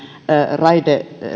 raide